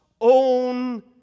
own